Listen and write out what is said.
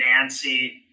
Nancy